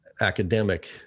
academic